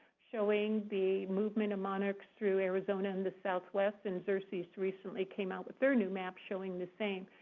showing the movement of monarchs through arizona in the southwest. and xerces recently came out with their new map showing the same.